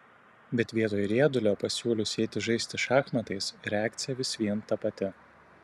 bet vietoj riedulio pasiūlius eiti žaisti šachmatais reakcija vis vien ta pati